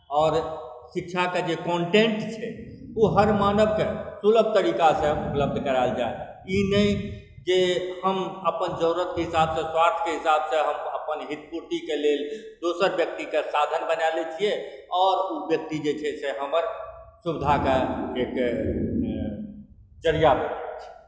आओर शिक्षाके जे कन्टेन्ट छै ओ हर मानवकेँ सुलभ तरीकासँ उपलब्ध करायल जाय ई नहि जे हम अपन जरूरतके हिसाबसँ स्वार्थके हिसाबसँ अपन हित पूर्तिके लेल दोसर व्यक्तिकेँ साधन बना लैत छियै आओर ओ व्यक्ति जे छै से हमर सुविधाके एक जरिआ भऽ जाइत छै